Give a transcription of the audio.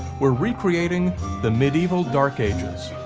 we're recreating the medieval dark ages.